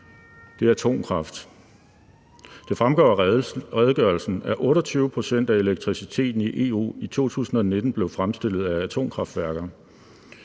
Det er atomkraft. Det fremgår af redegørelsen, at 28 pct. af elektriciteten i EU i 2019 blev fremstillet af atomkraftværker,